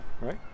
right